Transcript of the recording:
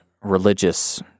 religious